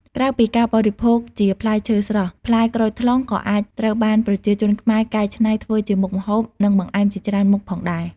ក្រៅពីការបរិភោគជាផ្លែឈើស្រស់ ផ្លែក្រូចថ្លុងក៏អាចត្រូវបានប្រជាជនខ្មែរកែច្នៃធ្វើជាមុខម្ហូប និងបង្អែមជាច្រើនមុខផងដែរ។